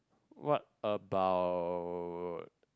what about